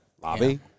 lobby